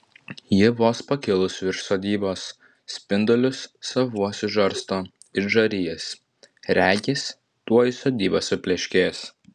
ji vos pakilus virš sodybos spindulius savuosius žarsto it žarijas regis tuoj sodyba supleškės